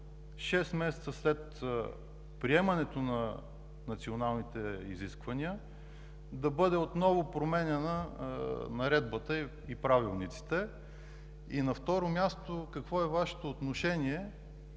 6 месеца след приемането на националните изисквания да бъдат отново променени Наредбата и правилниците? На второ място: какво е Вашето отношение